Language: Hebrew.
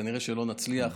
כנראה שלא נצליח.